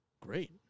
great